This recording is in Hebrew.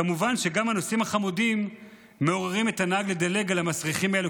כמובן שגם הנוסעים החמודים מעוררים את הנהג לדלג על "המסריחים האלה",